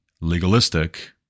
legalistic